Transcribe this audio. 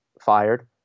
fired